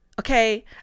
Okay